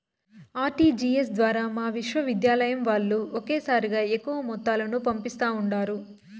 RTGS ద్వారా మా విశ్వవిద్యాలయం వాల్లు ఒకేసారిగా ఎక్కువ మొత్తాలను పంపిస్తా ఉండారు